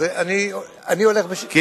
מה זה קשור לפה?